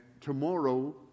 tomorrow